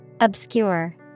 Obscure